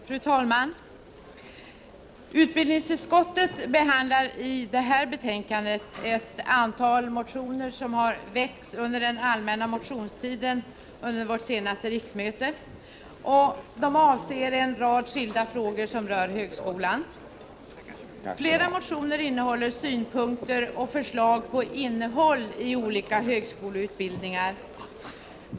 Fru talman! Utbildningsutskottet behandlar i detta betänkande ett antal motioner som har väckts under den allmänna motionstiden under vårt senaste riksmöte. De avser en rad skilda frågor som rör högskolan. Flera motioner innehåller synpunkter på och förslag till innehåll i olika högskoleutbildningar.